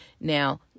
Now